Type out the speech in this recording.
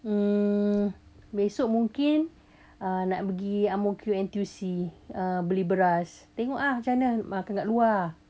mm besok mungkin uh nak pergi N_T_U_C uh beli beras tengok ah macam mana makan kat luar ah